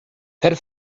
per